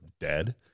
dead